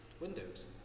Windows